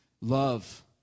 love